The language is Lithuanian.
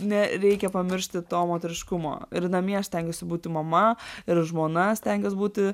nereikia pamiršti to moteriškumo ir namie aš stengiuosi būti mama ir žmona stengiuos būti